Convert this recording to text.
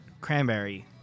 cranberry